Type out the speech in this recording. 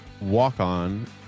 walk-on